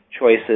choices